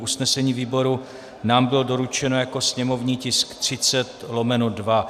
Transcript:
Usnesení výboru nám bylo doručeno jako sněmovní tisk 30/2.